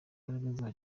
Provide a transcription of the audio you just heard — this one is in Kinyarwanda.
imbaraga